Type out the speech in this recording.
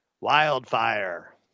Wildfire